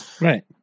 Right